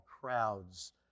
crowds